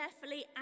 carefully